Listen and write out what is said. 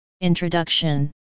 Introduction